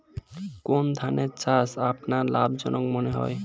কোন ধানের চাষ আপনার লাভজনক মনে হয়?